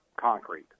concrete